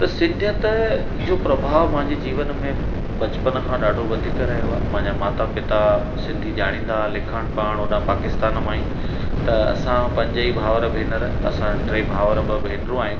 त सिंधियत जो प्रभाव मुहिंजे जीवन में बचपन खां ॾाढो वधीक रहियो आहे मुहिंजा माता पिता सिंधी ॼाणिंदा लिखण पढ़ण ओॾा पाकिस्तान मां ई त असां पंजे ई भावर भेनर असां टे भावर ॿ भेनरू आहियूं